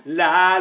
la